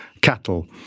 cattle